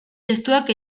testuak